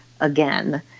again